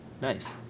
Nice